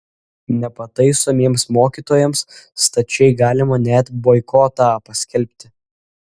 nepataisomiems mokytojams stačiai galima net boikotą paskelbti